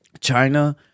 China